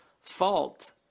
fault